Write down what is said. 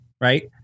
Right